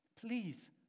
Please